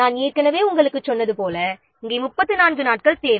நாம் ஏற்கனவே உங்களுக்குச் சொன்னது போல இங்கே 34 நாட்கள் தேவை